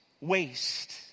waste